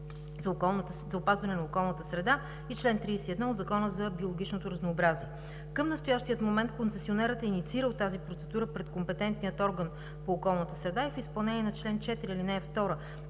опазване на околната среда и чл. 31 от Закона за биологичното разнообразие. Към настоящият момент концесионерът е инициирал тази процедура пред компетентния орган по околната среда и в изпълнение на чл. 4, ал. 2